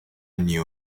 knew